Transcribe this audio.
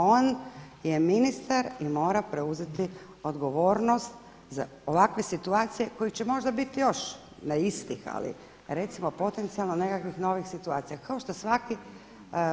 On je ministar i mora preuzeti odgovornost za ovakve situacije koje će možda biti još, ne istih, ali recimo potencijalno nekakvih novih situacija kao što svaki